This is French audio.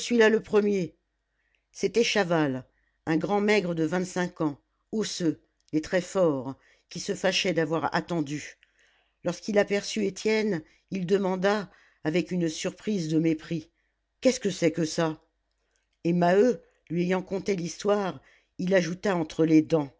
le premier c'était chaval un grand maigre de vingt-cinq ans osseux les traits forts qui se fâchait d'avoir attendu lorsqu'il aperçut étienne il demanda avec une surprise de mépris qu'est-ce que c'est que ça et maheu lui ayant conté l'histoire il ajouta entre les dents